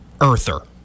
earther